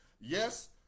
yes